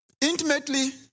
intimately